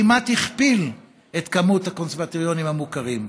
כמעט הכפיל את מספר הקונסרבטוריונים המוכרים.